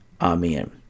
Amen